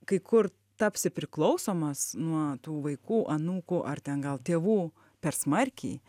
kai kur tapsi priklausomas nuo tų vaikų anūkų ar ten gal tėvų per smarkiai